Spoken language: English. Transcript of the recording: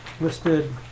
listed